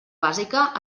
bàsica